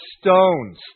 stones